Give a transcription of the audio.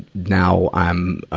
now i'm, ah,